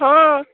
ହଁ